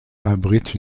abritent